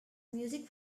music